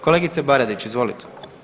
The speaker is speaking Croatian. Kolegice BAradić, izvolite.